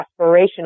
aspirational